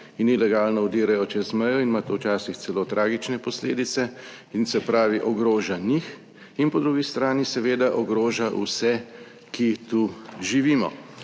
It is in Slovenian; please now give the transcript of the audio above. in ilegalno vdirajo čez mejo in ima to včasih celo tragične posledice in se pravi ogroža njih in po drugi strani seveda ogroža vse, ki tu živimo.